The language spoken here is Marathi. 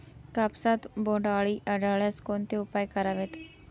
कापसात बोंडअळी आढळल्यास कोणते उपाय करावेत?